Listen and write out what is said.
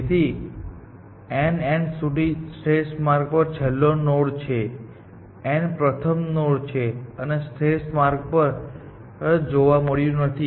તેથી n l n સુધી નો શ્રેષ્ઠ માર્ગ પર છેલ્લો નોડ છે અને n l 1 પ્રથમ નોડ છે આ શ્રેષ્ઠ માર્ગ પર જે જોવા મળ્યું નથી